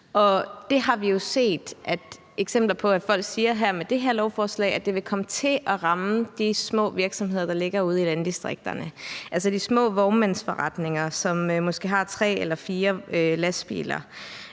vi har jo set eksempler på, at folk siger om det her lovforslag, at det vil komme til at ramme de små virksomheder, der ligger ude i landdistrikterne, altså de små vognmandsforretninger, som måske har tre eller fire lastbiler,